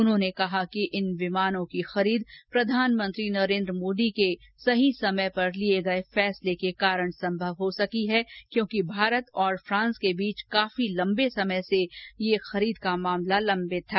उन्होंने कहा कि इन विमानों की खरीद प्रधानमंत्री नरेन्द्र मोदी के सही समय पर लिए गए फैसले के कारण संभव हो सकी है क्योंकि भारत और फ्रांस के बीच काफी लम्बे समय से इस खरीद का मामला लम्बित था